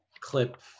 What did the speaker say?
clip